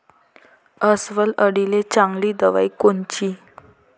अस्वल अळीले चांगली दवाई कोनची?